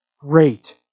great